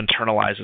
internalizes